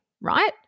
right